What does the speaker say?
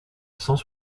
cent